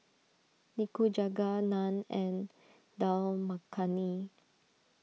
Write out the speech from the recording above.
Nikujaga Naan and Dal Makhani